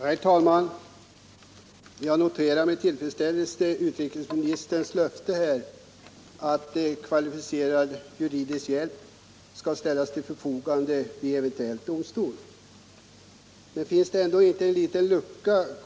Herr talman! Jag noterar med tillfredsställelse utrikesministerns löfte att kvalificerad juridisk hjälp skall ställas till förfogande vid eventuellt domstolsförfarande. Men finns det ändå inte en liten lucka?